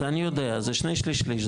זה אני יודע, זה שני שליש, שליש.